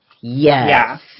Yes